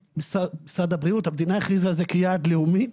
שמשרד הבריאות והמדינה הכריזו על זה כיעד לאומי.